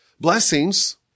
Blessings